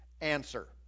answer